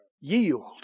yield